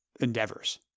endeavors